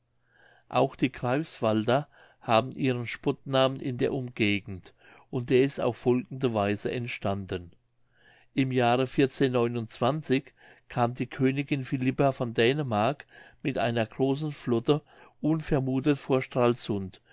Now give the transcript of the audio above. auch die greifswalder haben ihren spottnamen in der umgegend und der ist auf folgende weise entstanden im jahre kam die königin philippa von dänemark mit einer großen flotte unvermuthet vor stralsund